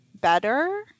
better